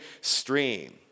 stream